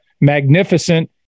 magnificent